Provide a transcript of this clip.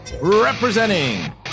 representing